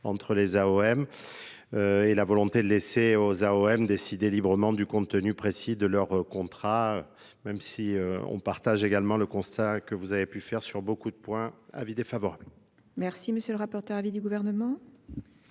entre les O M et la volonté de laisser aux O M décider librement du contenu précis de leur contrat, même si on partage également le constat que vous avez pu faire sur beaucoup de points, avis défavorable.